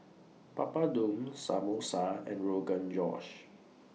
Papadum Samosa and Rogan Josh